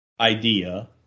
idea